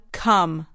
come